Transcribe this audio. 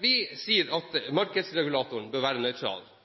Vi sier at markedsregulatoren bør være nøytral,